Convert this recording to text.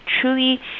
truly